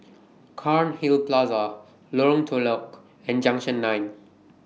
Cairnhill Plaza Lorong Telok and Junction nine